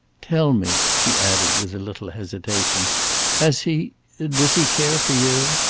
tell me! she added, with a little hesitation has he does he care for you?